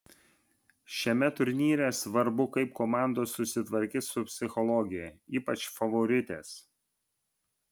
šiame turnyre svarbu kaip komandos susitvarkys su psichologija ypač favoritės